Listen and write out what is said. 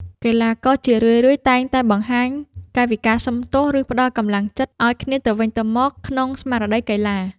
កីឡាករជារឿយៗតែងតែបង្ហាញកាយវិការសុំទោស ឬផ្ដល់កម្លាំងចិត្តឱ្យគ្នាទៅវិញទៅមកក្នុងស្មារតីកីឡា។